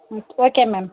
ம் okay ma'am